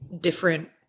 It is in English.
different